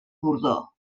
bordó